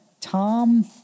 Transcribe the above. Tom